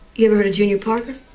you ever heard of junior parker?